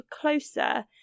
closer